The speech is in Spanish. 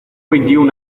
veintiún